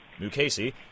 Mukasey